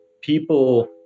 people